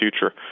future